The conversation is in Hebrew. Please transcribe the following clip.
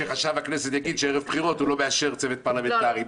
כשחשב הכנסת יגיד שערב בחירות הוא לא מאשר צוות פרלמנטרי.